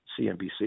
CNBC